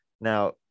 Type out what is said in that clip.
Now